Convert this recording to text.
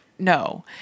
no